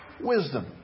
wisdom